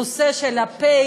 הנושא של הפ'.